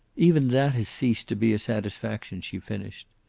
even that has ceased to be a satisfaction, she finished.